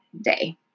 day